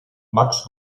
max